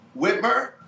Whitmer